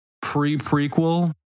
pre-prequel